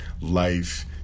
life